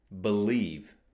believe